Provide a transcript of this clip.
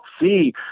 see